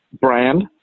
brand